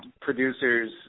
producers